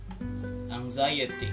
anxiety